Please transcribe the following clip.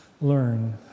learn